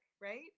right